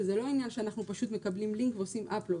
וזה לא עניין שאנחנו מקבלים לינק ועושים Upload.